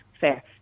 fair